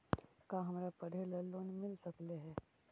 का हमरा पढ़े ल लोन मिल सकले हे?